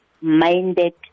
minded